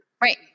right